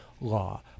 law